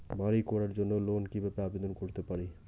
বাড়ি করার জন্য লোন কিভাবে আবেদন করতে পারি?